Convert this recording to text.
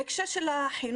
בהקשר של החינוך,